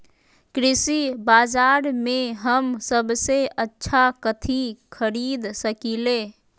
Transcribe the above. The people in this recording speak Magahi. कृषि बाजर में हम सबसे अच्छा कथि खरीद सकींले?